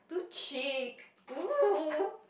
cheek